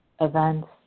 events